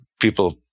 people